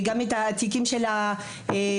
גם את תיקי התלמדים.